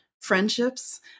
friendships